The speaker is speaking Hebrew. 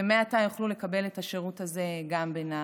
ומעתה יוכלו לקבל את השירות הזה גם בנהריה.